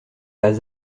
pas